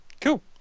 Cool